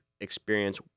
experience